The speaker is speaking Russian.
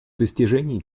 достижений